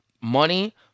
money